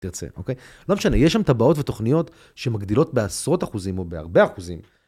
תרצה, אוקיי? לא משנה, יש שם טבעות ותוכניות שמגדילות בעשרות אחוזים או בהרבה אחוזים.